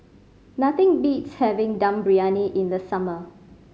nothing beats having Dum Briyani in the summer